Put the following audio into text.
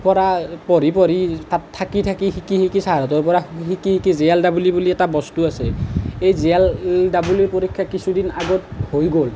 পৰা পঢ়ি পঢ়ি তাত থাকি থাকি শিকি শিকি চাৰহঁতৰ পৰা শিকি শিকি জে এল ডাবল ই বুলি বস্তু আছে এই জে এল ডাবল ই পৰীক্ষা কিছু দিন আগত হৈ গ'ল